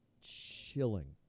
chilling